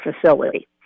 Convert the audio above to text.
facility